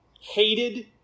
hated